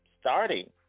starting